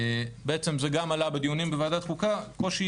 זה גם עלה בדיונים בוועדת החוקה קושי